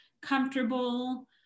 comfortable